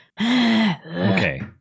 Okay